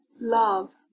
love